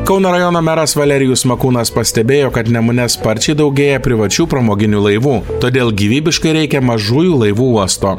kauno rajono meras valerijus makūnas pastebėjo kad nemune sparčiai daugėja privačių pramoginių laivų todėl gyvybiškai reikia mažųjų laivų uosto